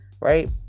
right